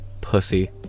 pussy